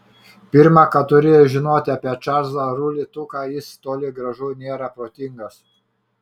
pirma ką turi žinoti apie čarlzą rulį tuką jis toli gražu nėra protingas